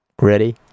Ready